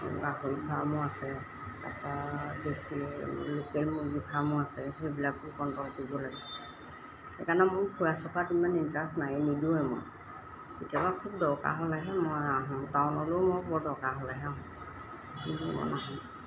গাখীৰ ফাৰ্মো আছে তাৰপৰা দেশী লোকেল মুৰ্গী ফাৰ্মো আছে সেইবিলাকো কণ্ট্ৰল কৰিব লাগে সেইকাৰণে মোৰ ফুৰা চকাত ইমান ইণ্টাৰেষ্ট নায়ে নিদিওঁৱেই মই কেতিয়াবা খুব দৰকাৰ হ'লেহে মই আহোঁ টাউনলৈয়ো মই বৰ দৰকাৰ হ'লেহে আহোঁ এনেয়ে মই নাহোঁ